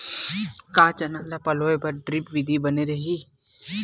का चना ल पलोय बर ड्रिप विधी बने रही?